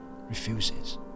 refuses